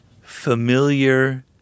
familiar